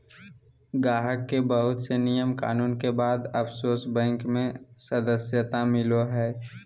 गाहक के बहुत से नियम कानून के बाद ओफशोर बैंक मे सदस्यता मिलो हय